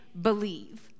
believe